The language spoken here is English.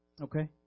Okay